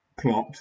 plot